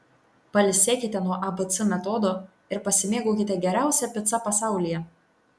pailsėkite nuo abc metodo ir pasimėgaukite geriausia pica pasaulyje